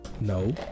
No